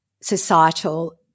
societal